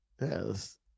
Yes